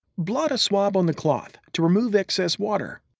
blot a swab on the cloth to remove excess water.